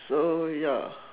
so ya